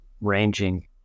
ranging